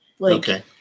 Okay